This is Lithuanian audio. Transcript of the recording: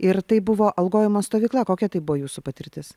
ir tai buvo algojimo stovykla kokia tai buvo jūsų patirtis